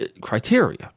criteria